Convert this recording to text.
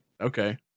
Okay